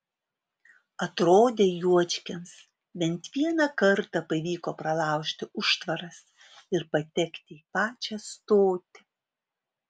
atrodė juočkiams bent vieną kartą pavyko pralaužti užtvaras ir patekti į pačią stotį